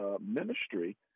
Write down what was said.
ministry